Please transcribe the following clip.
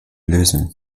lösen